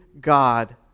God